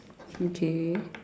okay